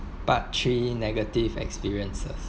part three negative experiences